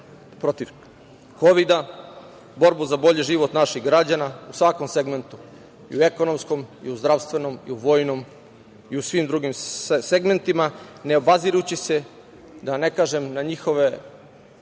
protiv kovida, borbu za bolji život naših građana u svakom segmentu i u ekonomskom i u zdravstvenom i u vojnom i svim drugim segmentima, ne obazirući se, da ne kažem na njihove